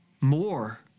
more